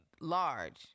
large